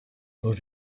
dans